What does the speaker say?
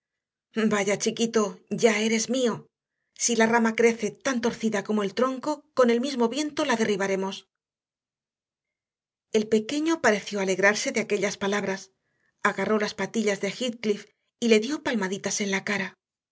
vaya chiquito ya eres mío si la rama crece tan torcida como el tronco con el mismo viento la derribaremos el pequeño pareció alegrarse de aquellas palabras agarró las patillas de heathcliff y le dio palmaditas en la cara